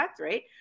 right